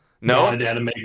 no